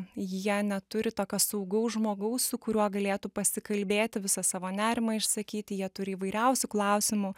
jie neturi tokio saugaus žmogaus su kuriuo galėtų pasikalbėti visą savo nerimą išsakyti jie turi įvairiausių klausimų